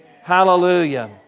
Hallelujah